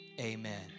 Amen